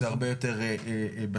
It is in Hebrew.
זה הרבה יותר בטוח.